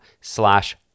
slash